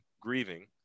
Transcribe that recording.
Grieving